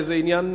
לאיזה עניין